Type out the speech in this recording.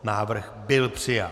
Návrh byl přijat.